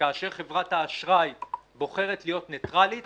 כאשר חברת האשראי בוחרת להיות ניטרלית